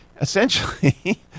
Essentially